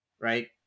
right